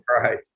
right